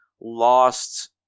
lost